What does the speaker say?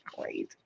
Crazy